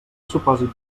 supòsit